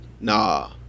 nah